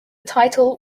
title